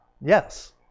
Yes